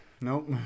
Nope